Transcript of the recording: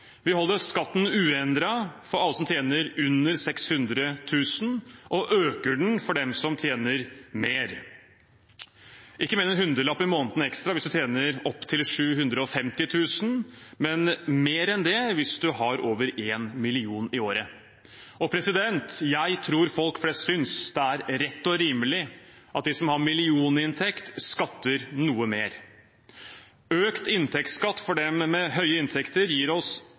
Vi holder skatten uendret for alle som tjener under 600 000 kr, og øker den for dem som tjener mer. Det er ikke mer enn en hundrelapp i måneden ekstra hvis man tjener opp til 750 000 kr, men mer enn det hvis man har over 1 mill. kr i året. Jeg tror folk flest synes det er rett og rimelig at de som har millioninntekt, skatter noe mer. Økt inntektsskatt for dem med høye inntekter gir oss